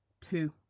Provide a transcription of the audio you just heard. two